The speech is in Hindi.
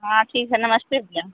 हाँ ठीक है नमस्ते भैया